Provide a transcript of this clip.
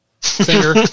finger